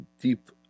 deep